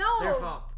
No